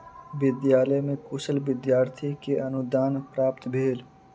विद्यालय में कुशल विद्यार्थी के अनुदान प्राप्त भेल